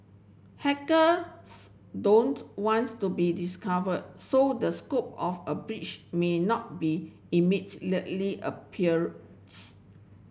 hackers don't wants to be discovered so the scope of a breach may not be immediately appeals